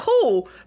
cool